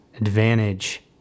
advantage